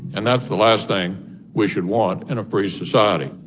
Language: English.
and that's the last thing we should want in a free society